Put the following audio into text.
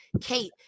Kate